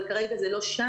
אבל כרגע זה לא שם.